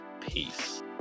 peace